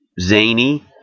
zany